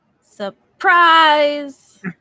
Surprise